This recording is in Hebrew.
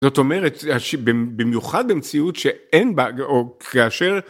זאת אומרת במיוחד במציאות שאין בה או כאשר